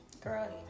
Girl